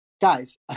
guys